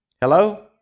hello